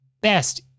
best